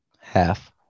Half